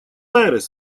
айрес